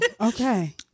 okay